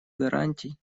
гарантий